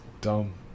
dumb